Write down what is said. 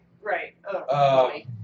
right